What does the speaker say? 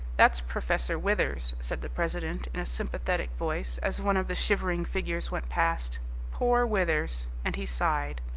that's professor withers, said the president in a sympathetic voice as one of the shivering figures went past poor withers, and he sighed.